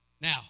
Now